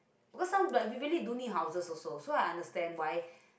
because some like we really don't need houses also so I understand why